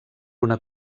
una